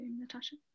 Natasha